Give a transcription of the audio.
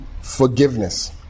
forgiveness